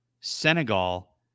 Senegal